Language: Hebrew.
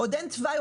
עוד אין תוואי,